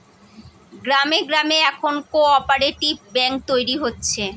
গ্রামে গ্রামে এখন কোঅপ্যারেটিভ ব্যাঙ্ক তৈরী হচ্ছে